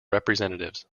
representatives